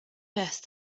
best